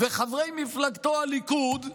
וחברי מפלגתו, הליכוד,